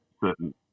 certain